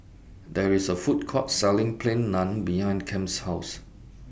There IS A Food Court Selling Plain Naan behind Kem's House